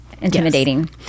intimidating